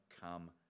come